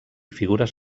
figures